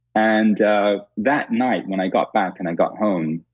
and that night when i got back and i got home,